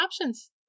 options